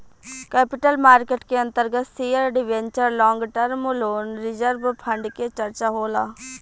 capital market के अंतर्गत share debenture long term loan reserve fund के चर्चा होला